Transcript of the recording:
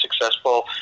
successful